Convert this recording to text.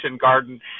garden